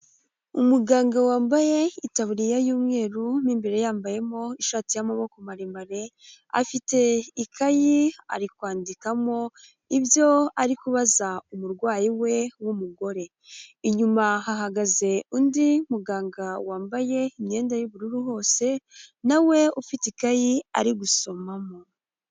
Umuganga wambaye itaburiya y'umweru, imbere yambayemo ishati y'amaboko maremare, afite ikayi ari kwandikamo ibyo ari kubaza umurwayi we w'umugore, inyuma hahagaze undi muganga wambaye imyenda y'ubururu hose, nawe ufite ikayi ari gusomamo.